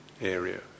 area